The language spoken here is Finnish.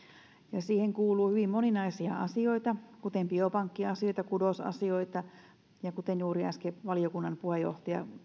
ja siihen kuuluu hyvin moninaisia asioita kuten biopankkiasioita ja kudosasioita kuten juuri äsken valiokunnan puheenjohtaja